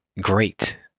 great